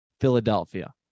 Philadelphia